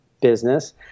business